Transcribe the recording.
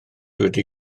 wedi